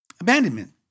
abandonment